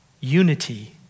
unity